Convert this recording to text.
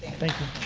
thank you.